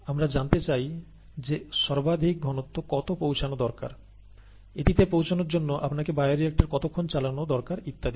আমরা জানতে চাই যে সর্বাধিক ঘনত্ব কত পৌঁছানো দরকার এটিতে পৌঁছানোর জন্য আপনাকে বায়োরিক্টর কতক্ষন চালানো দরকার ইত্যাদি